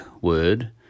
word